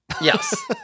Yes